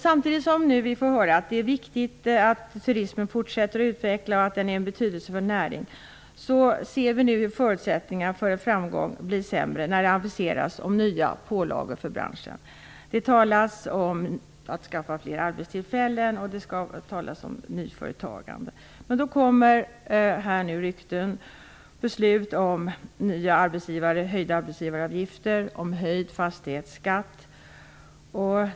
Samtidigt som vi nu får höra att det är viktigt att turismen fortsätter att utvecklas och att den är en betydelsefull näring, ser vi nu hur förutsättningarna för en framgång blir sämre när det aviseras om nya pålagor för branschen. Det talas om att skapa flera arbetstillfällen och om nyföretagande. Men här kommer nu rykten om beslut om höjda arbetsgivaravgifter och höjd fastighetsskatt.